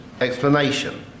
explanation